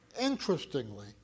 Interestingly